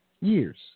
Years